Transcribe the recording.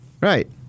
Right